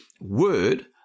word